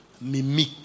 mimic